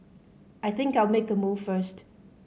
I think I'll make a move first